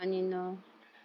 mm